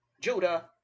judah